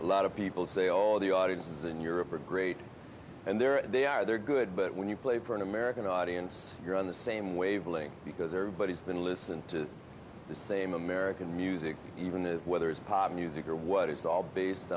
a lot of people say all the audiences in europe are great and they're and they are they're good but when you play for an american audience you're on the same wavelength because everybody's been listening to the same american music even if whether it's pop music or what it's all based